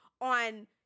on